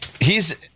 hes